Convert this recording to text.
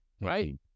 right